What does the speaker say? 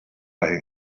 lying